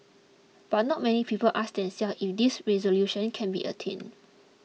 but not many people ask themselves if these resolutions can be attained